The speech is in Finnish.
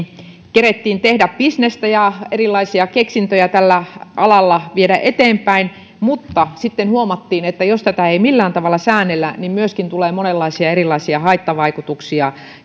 kerettiin tehdä bisnestä ja erilaisia keksintöjä tällä alalla viedä eteenpäin mutta sitten huomattiin että jos tätä ei millään tavalla säännellä niin tulee myöskin monenlaisia erilaisia haittavaikutuksia